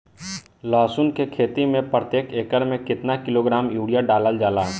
लहसुन के खेती में प्रतेक एकड़ में केतना किलोग्राम यूरिया डालल जाला?